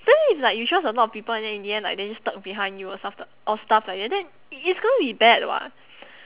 then it's like you trust a lot of people and then in the end like they just talk behind you or or stuff like that then i~ it's going to be bad [what]